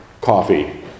Coffee